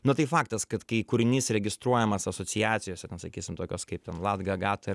nu tai faktas kad kai kūrinys registruojamas asociacijose sakysim tokios kaip ten latga agata